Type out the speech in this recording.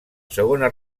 segona